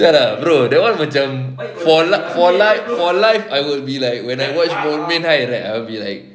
[sial] lah bro that [one] macam for life for life for life I will be like when I watch moulmein high right I will be like